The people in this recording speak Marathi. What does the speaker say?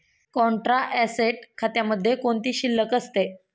कॉन्ट्रा ऍसेट खात्यामध्ये कोणती शिल्लक असते?